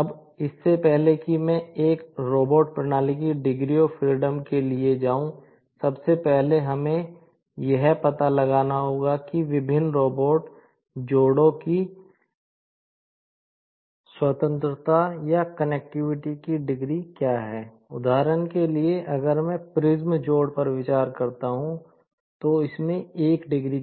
अब एक रोबोट की 1 डिग्री